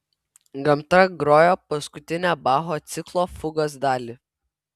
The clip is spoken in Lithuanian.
gamta grojo paskutinę bacho ciklo fugos dalį